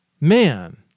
man